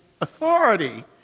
authority